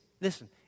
Listen